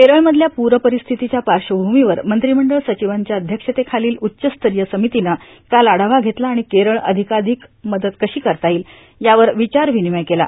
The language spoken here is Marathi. केरळमधल्या प्रपरिस्थितीच्या पार्श्वभ्रमीवर मंत्रीमंडळ सचिवांच्या अध्यक्षतेखालील उच्चस्तरीय समितीनं काल आढावा घेतला आणि केरळला अधिकाधिक मदत कशी करता येईल यावर विचारविनिमय केला